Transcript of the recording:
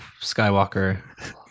Skywalker